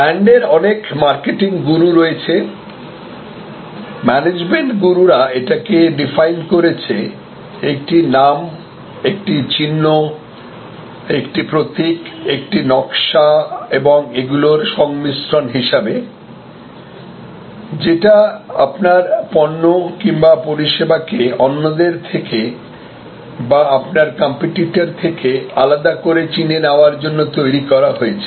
ব্র্যান্ডের অনেক মার্কেটিং গুরু রয়েছে ম্যানেজমেন্ট গুরুরা এটিকে ডিফাইন করেছে একটি নাম একটি চিহ্ন একটি প্রতীক একটি নকশা এবং এগুলির সংমিশ্রণ হিসাবে যেটা আপনার পণ্য কিংবা পরিষেবা কে অন্যদের থেকে বা আপনার কম্পিটিটর থেকে আলাদা করে চিনে নেওয়ার জন্য তৈরি করা হয়েছে